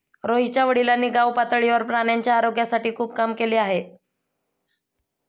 रोहितच्या वडिलांनी गावपातळीवर प्राण्यांच्या आरोग्यासाठी खूप काम केले आहे